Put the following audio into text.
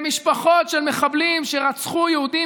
למשפחות של מחבלים שרצחו יהודים,